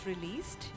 released